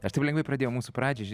aš taip lengvai pradėjau mūsų pradžią ži